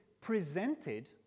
presented